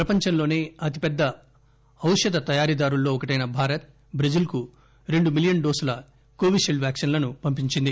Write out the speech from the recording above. ప్రపంచంలోన అతిపెద్ద ఔషధ తయారీదారుల్లో ఒకటైన భారత్ ట్రెజిల్కు రెండు మిలియన్ డోసుల కొవిపీల్డ్ వ్యాక్సిన్లను పంపించింది